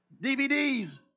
DVDs